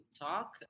talk